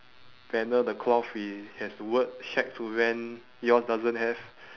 banner the cloth it has the word shack to rent yours doesn't have